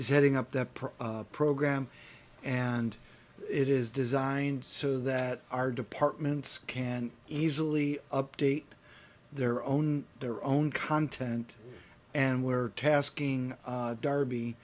is heading up the per program and it is designed so that our departments can easily update their own their own content and we're tasking darby